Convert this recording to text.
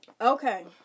Okay